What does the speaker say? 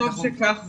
וטוב שכך.